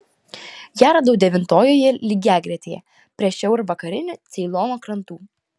ją radau devintojoje lygiagretėje prie šiaurvakarinių ceilono krantų